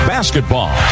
Basketball